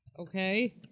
Okay